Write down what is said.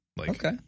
Okay